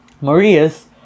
Maria's